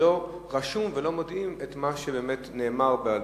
שלא רשום ולא מודיעים מה שנאמר בעל-פה.